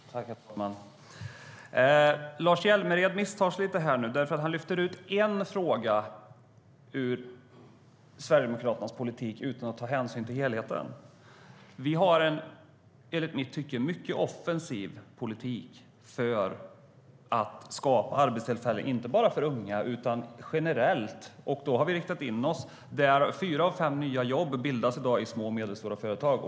Herr ålderspresident! Lars Hjälmered misstar sig lite. Han lyfter ut enVi har en i mitt tycke mycket offensiv politik för att skapa arbetstillfällen, inte bara för unga utan generellt. Då har vi riktat in oss på små och medelstora företag, där fyra av fem nya jobb bildas i dag.